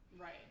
Right